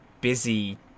busy